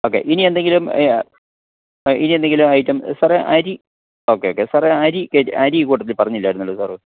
okay ഇനി എന്തെങ്കിലും ഇനി എന്തെങ്കിലും ഐറ്റം സാറെ അരി ഓക്കെ ഓക്കെ സാറെ അരി കൂട്ടത്തിൽ പറഞ്ഞില്ലായിരുന്നല്ലോ സാറ്